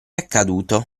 accaduto